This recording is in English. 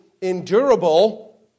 endurable